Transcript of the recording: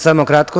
Samo kratko.